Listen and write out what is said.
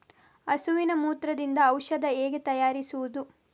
ಹಸುವಿನ ಮೂತ್ರದಿಂದ ಔಷಧ ಹೇಗೆ ತಯಾರಿಸುವುದು?